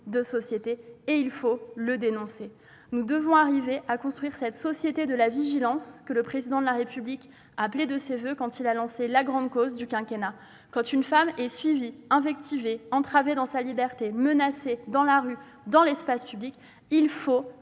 de société, et il faut le dénoncer. Nous devons arriver à construire cette société de la vigilance, que le Président de la République a appelée de ses voeux quand il a lancé la grande cause nationale du quinquennat. Lorsqu'une femme est suivie, invectivée, entravée dans sa liberté, menacée dans la rue, dans l'espace public, il faut